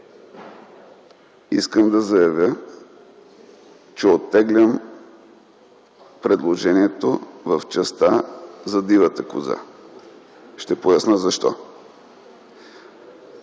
искам да заявя, че оттеглям предложението в частта за дивата коза. Ще поясня защо.